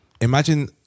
Imagine